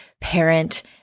parent